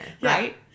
right